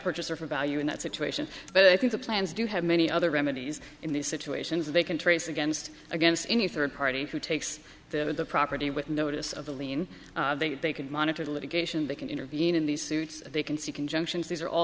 purchaser for value in that situation but i think the plans do have many other remedies in these situations they can trace against against any third party who takes the property with notice of a lien they could monitor litigation they can intervene in these suits they can see conjunctions these are all